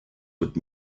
would